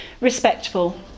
respectful